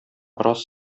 рас